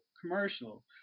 commercial